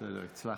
אבו שחאדה, הצבעת?